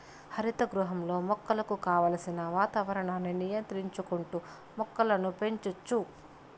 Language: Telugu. హరిత గృహంలో మొక్కలకు కావలసిన వాతావరణాన్ని నియంత్రించుకుంటా మొక్కలను పెంచచ్చు